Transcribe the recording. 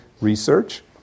research